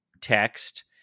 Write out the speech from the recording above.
text